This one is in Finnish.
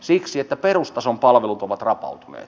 siksi että perustason palvelut ovat rapautuneet